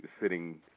sitting